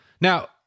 Now